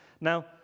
Now